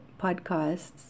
podcasts